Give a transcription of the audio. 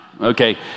okay